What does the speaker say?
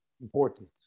Important